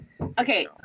Okay